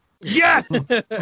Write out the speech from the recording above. Yes